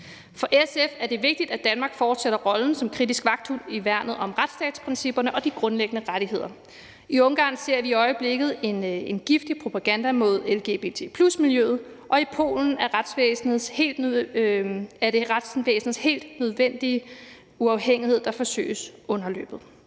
For SF er det vigtigt, at Danmark fortsætter rollen som kritisk vagthund i værnet omkring retsstatsprincipperne og de grundlæggende rettigheder. I Ungarn ser vi i øjeblikket en giftig propaganda mod lgbt+-miljøet, og i Polen er det retsvæsenets helt nødvendige uafhængighed, der forsøges underløbet.